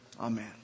Amen